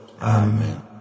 amen